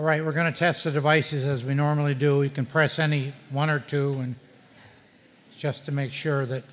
right we're going to test the devices as we normally do we can press any one or two and just to make sure that